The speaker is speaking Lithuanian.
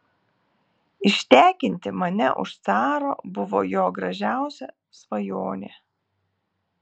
ištekinti mane už caro buvo jo gražiausia svajonė